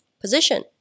position